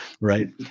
right